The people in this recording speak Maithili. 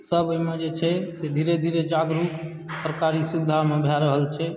सभ ओहिमे जे छै से धीरे धीरे जागरूक सरकारी सुविधामे भए रहल छै